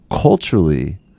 culturally